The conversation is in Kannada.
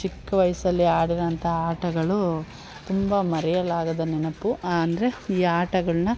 ಚಿಕ್ಕ ವಯಸ್ಸಲ್ಲಿ ಆಡಿರೋಅಂಥ ಆಟಗಳು ತುಂಬ ಮರೆಯಲಾಗದ ನೆನಪು ಅಂದರೆ ಈ ಆಟಗಳನ್ನ